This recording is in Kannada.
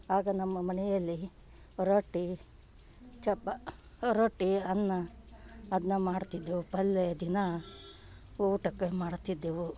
ಆಗ ನಮ್ಮ ಮನೆಯಲ್ಲಿ ರೊಟ್ಟಿ ಚಪಾ ಅ ರೊಟ್ಟಿ ಅನ್ನ ಅದನ್ನ ಮಾಡ್ತಿದ್ದೆವು ಪಲ್ಯ ದಿನ ಊಟಕ್ಕೆ ಮಾಡ್ತಿದ್ದೆವು